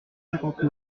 cinquante